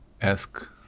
ask